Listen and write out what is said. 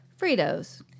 Fritos